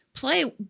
play